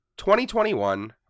2021